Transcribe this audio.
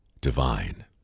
divine